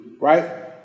Right